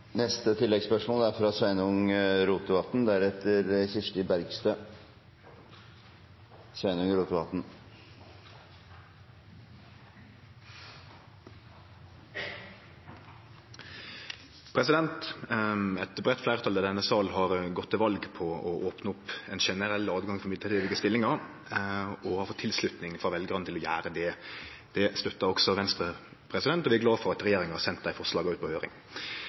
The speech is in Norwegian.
Sveinung Rotevatn – til oppfølgingsspørsmål. Eit breitt fleirtal i denne salen har gått til val på å opne opp for eit generelt løyve til mellombelse stillingar og fått tilslutning frå veljarane til å gjere det. Det støttar også Venstre, og vi er glade for at regjeringa har sendt dei forslaga ut på høyring.